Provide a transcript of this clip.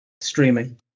Streaming